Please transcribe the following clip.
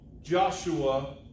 Joshua